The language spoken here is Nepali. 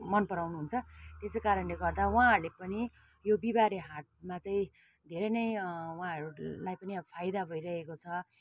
मन परउनुहुन्छ त्यसै कारणले गर्दा उहाँहरूले पनि यो बिहीबारे हाटमा चाहिँ धेरै नै उहाँहरूलाई पनि फाइदा भइरहेको छ